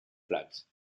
flags